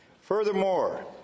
Furthermore